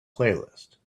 playlist